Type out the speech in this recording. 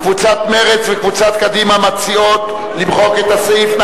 קבוצת מרצ וקבוצת קדימה מציעות למחוק את סעיף 3(ב).